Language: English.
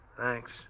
Thanks